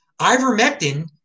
ivermectin